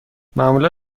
معمولا